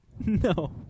No